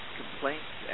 complaints